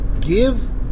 give